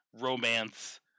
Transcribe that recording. romance